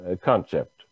concept